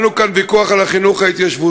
היה לנו כאן ויכוח על החינוך ההתיישבותי.